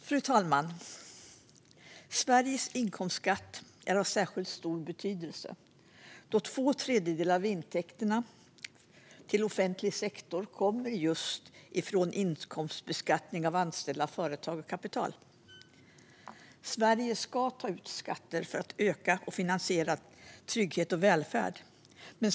Fru talman! Sveriges inkomstskatt är av särskilt stor betydelse då två tredjedelar av den offentliga sektorns intäkter kommer från just inkomstbeskattning av anställda, företag och kapital. Sverige ska ta ut skatter för att öka och finansiera trygghet och välfärd.